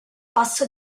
passo